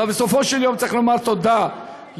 אבל בסופו של יום צריך לומר תודה לידידי,